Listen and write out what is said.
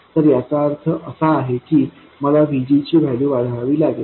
तर याचा अर्थ असा आहे की मला VG ची व्हॅल्यू वाढवावी लागेल